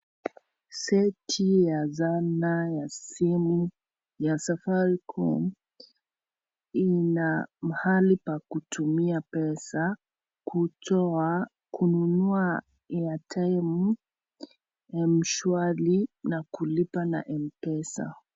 Seti ya zana ya simu ya Safaricom ina mahali pa kutuma pesa, kutoa kununua airtime , Mshwari, na kulipa na Mpesa.